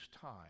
time